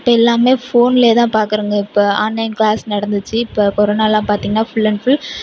இப்போ எல்லாம் ஃபோன்லேயே தான் பாக்கிறாங்க இப்போ ஆன்லைன் க்ளாஸ் நடந்துச்சு இப்போ கொரோனாலாம் பார்த்திங்கனா ஃபுல் அண்ட் ஃபுல்